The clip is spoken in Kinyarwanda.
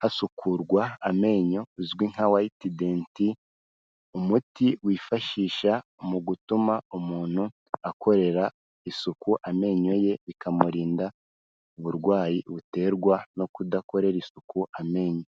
hasukurwa amenyo uzwi nka Whitedent umuti wifashisha mu gutuma umuntu akorera isuku amenyoye bikamurinda uburwayi buterwa no kudakorera isuku amenyo.